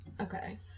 Okay